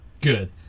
good